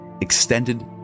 extended